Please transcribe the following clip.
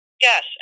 Yes